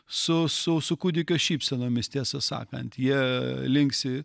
su su su kūdikio šypsenomis tiesą sakant jie linksi